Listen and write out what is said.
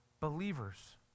believers